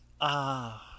Ah